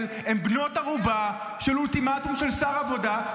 הן בנות ערובה של אולטימטום של שר העבודה,